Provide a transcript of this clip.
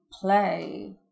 play